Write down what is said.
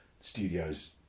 studios